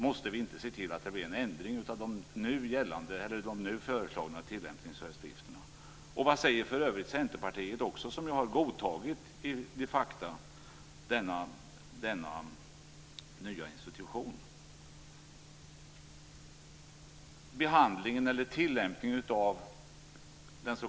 Måste vi inte se till att det blir en ändring av de nu föreslagna tillämpningsföreskrifterna? Vad säger för övrigt Centerpartiet, som ju också har godtagit denna nya institution?